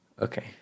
Okay